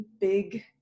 big